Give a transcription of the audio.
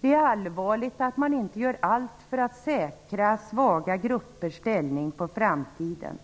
Det är allvarligt att man inte gör allt för att säkra svaga gruppers ställning i framtiden.